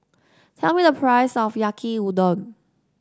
tell me the price of Yaki Udon